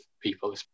people